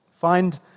Find